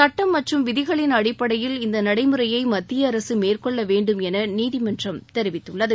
சுட்டம் மற்றும் விதிகளின் அடிப்படையில் இந்த நடைமுறையை மத்திய அரசு மேற்கொள்ள வேண்டும் எள நீதிதிமன்றம் தெரிவித்துள்ளது